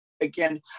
again